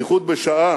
בייחוד בשעה